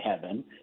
heaven